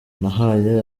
nahaye